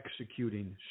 executing